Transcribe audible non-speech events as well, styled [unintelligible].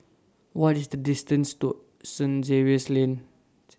What IS The distance to Saint [unintelligible] Lane